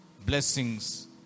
Blessings